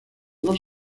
dos